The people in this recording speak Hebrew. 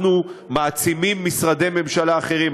אנחנו מעצימים משרדי ממשלה אחרים,